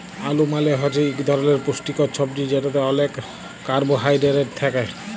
আলু মালে হছে ইক ধরলের পুষ্টিকর ছবজি যেটতে অলেক কারবোহায়ডেরেট থ্যাকে